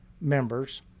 members